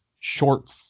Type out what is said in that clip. short